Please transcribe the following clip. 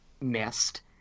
Missed